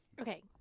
Okay